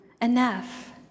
Enough